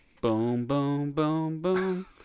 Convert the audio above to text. Boom-boom-boom-boom